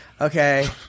Okay